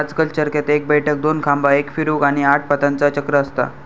आजकल चरख्यात एक बैठक, दोन खांबा, एक फिरवूक, आणि आठ पातांचा चक्र असता